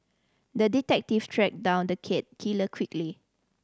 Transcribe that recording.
the detective tracked down the cat killer quickly